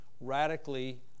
radically